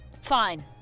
Fine